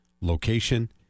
location